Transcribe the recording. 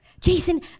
Jason